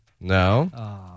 No